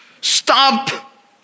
Stop